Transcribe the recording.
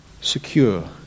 secure